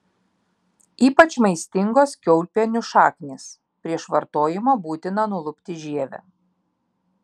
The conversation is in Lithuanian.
ypač maistingos kiaulpienių šaknys prieš vartojimą būtina nulupti žievę